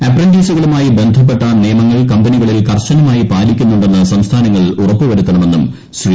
അപ്രന്റീസുകളുമായി ബന്ധപ്പെട്ട നിയമങ്ങൾ കമ്പനികളിൽ കർശ്വരുമായി പാലിക്കുന്നുണ്ടെന്ന് സംസ്ഥാനങ്ങൾ ഉറപ്പുവരുത്തണമെന്നും ശ്രീ